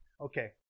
okay